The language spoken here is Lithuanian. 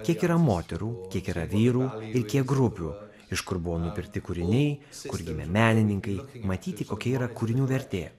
kiek yra moterų kiek yra vyrų ir kiek grupių iš kur buvo nupirkti kūriniai kur gimė menininkai matyti kokia yra kūrinių vertė